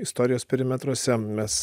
istorijos perimetruose mes